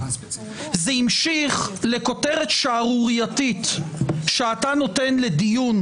זה המשיך לכותרת שערורייתית שאתה נותן לדיון,